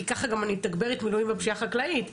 כי ככה אני גם אתגבר מילואים בפשיעה החקלאית,